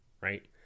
right